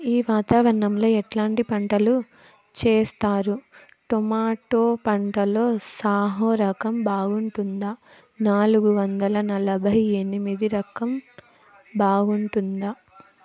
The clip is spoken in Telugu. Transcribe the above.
ఈ వాతావరణం లో ఎట్లాంటి పంటలు చేస్తారు? టొమాటో పంటలో సాహో రకం బాగుంటుందా నాలుగు వందల నలభై ఎనిమిది రకం బాగుంటుందా?